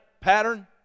Pattern